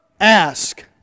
ask